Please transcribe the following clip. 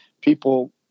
people